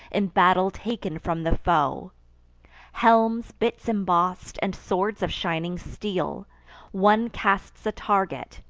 in battle taken from the foe helms, bits emboss'd, and swords of shining steel one casts a target,